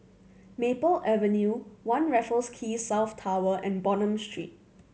Maple Avenue One Raffles Quay South Tower and Bonham Street